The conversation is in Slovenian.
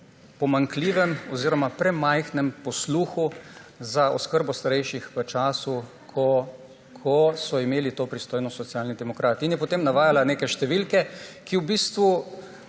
pomanjkljivem oziroma premajhnem posluhu za oskrbo starejših v času, ko so imeli to pristojnost Socialni demokrati. In je potem navajala neke številke, ki v bistvu